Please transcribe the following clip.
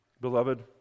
Beloved